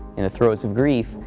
in the throes of grief,